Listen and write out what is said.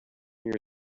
your